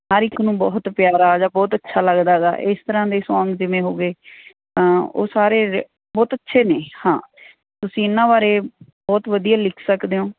ਹਰ ਇੱਕ ਨੂੰ ਬਹੁਤ ਪਿਆਰਾ ਜਾਂ ਬਹੁਤ ਅੱਛਾ ਲੱਗਦਾ ਗਾ ਇਸ ਤਰ੍ਹਾਂ ਦੇ ਸੌਂਗ ਜਿਵੇਂ ਹੋ ਗਏ ਤਾਂ ਉਹ ਸਾਰੇ ਬਹੁਤ ਅੱਛੇ ਨੇ ਹਾਂ ਤੁਸੀਂ ਇਹਨਾਂ ਬਾਰੇ ਬਹੁਤ ਵਧੀਆ ਲਿਖ ਸਕਦੇ ਹੋ